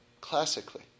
classically